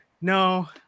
no